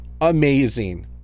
amazing